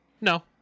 No